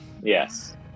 Yes